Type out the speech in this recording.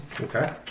Okay